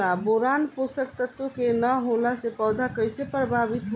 Boron पोषक तत्व के न होला से पौधा कईसे प्रभावित होला?